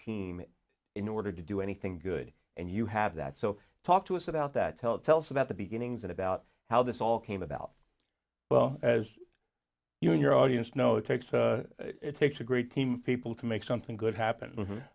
team in order to do anything good and you have that so talk to us about that tell it tell us about the beginnings and about how this all came about well as you know in your audience no it takes it takes a great team people to make something good happen